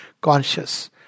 conscious